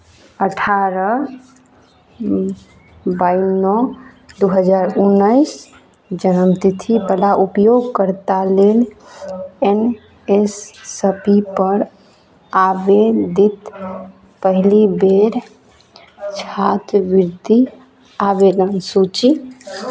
अठारह बाइ नओ दू हजार उन्नैस जन्मतिथिवला उपयोगकर्ता लेल एन एस पी पर आवेदित पहली बेर छात्रवृति आवेदन सूची